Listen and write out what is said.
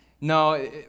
no